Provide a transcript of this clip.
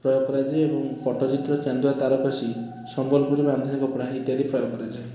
ପ୍ରୟୋଗ କରାଯାଏ ଏବଂ ପଟ୍ଟଚିତ୍ର ଚାନ୍ଦୁଆ ତାରକସି ସମ୍ବଲପୁରୀ ବାନ୍ଧେଣୀ କପଡ଼ା ଇତ୍ୟାଦି ପ୍ରୟୋଗ କରାଯାଏ